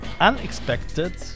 unexpected